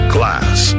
Class